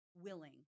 willing